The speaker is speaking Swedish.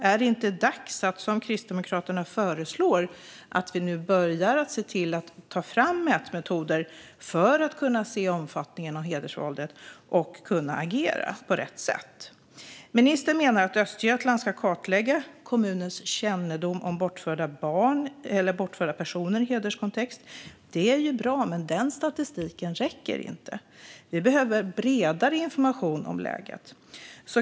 Är det inte dags att, som Kristdemokraterna föreslår, börja se till att ta fram mätmetoder för att vi ska kunna se omfattningen av hedersvåldet och agera på rätt sätt? Ministern menar att Östergötland ska kartlägga kommuners kännedom om bortförda barn och personer i en hederskontext. Det är ju bra, men den statistiken räcker inte. Vi behöver bredare information om läget.